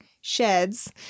sheds